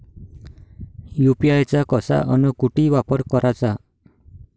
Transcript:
UPI चा कसा अन कुटी वापर कराचा?